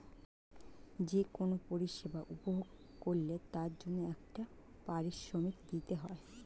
যে কোন পরিষেবা উপভোগ করলে তার জন্যে একটা পারিশ্রমিক দিতে হয়